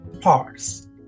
parts